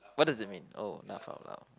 what does it mean oh laugh out loud